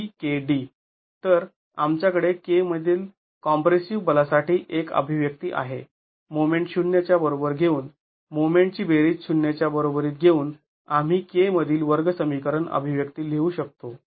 तर आमच्याकडे k मधील कॉम्प्रेसिव बलासाठी एक अभिव्यक्ती आहे मोमेंट ० च्या बरोबर घेऊन मोमेंटची बेरीज ० च्या बरोबरीत घेऊन आम्ही k मधील वर्गसमीकरण अभिव्यक्ती लिहू शकतो